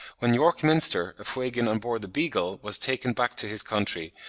when york minster, a fuegian on board the beagle, was taken back to his country,